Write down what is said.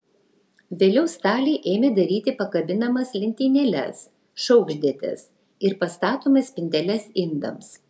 vėliau staliai ėmė daryti pakabinamas lentynėles šaukštdėtes ir pastatomas spinteles indams